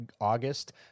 August